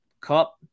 Cup